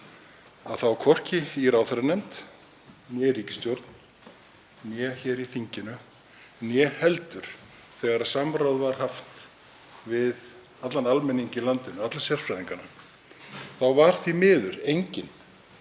hvorki í ráðherranefnd né ríkisstjórn né hér í þinginu, né heldur þegar samráð var haft við allan almenning í landinu, alla sérfræðingana, því miður enginn,